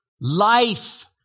life